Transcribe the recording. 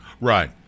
Right